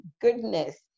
goodness